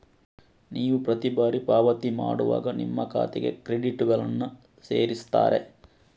ನೀವು ಪ್ರತಿ ಬಾರಿ ಪಾವತಿ ಮಾಡುವಾಗ ನಿಮ್ಮ ಖಾತೆಗೆ ಕ್ರೆಡಿಟುಗಳನ್ನ ಸೇರಿಸ್ತಾರೆ